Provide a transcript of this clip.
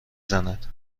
زند